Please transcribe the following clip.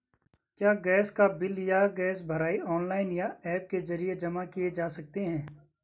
क्या गैस का बिल या गैस भराई ऑनलाइन या ऐप के जरिये जमा किये जा सकते हैं?